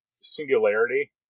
Singularity